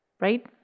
right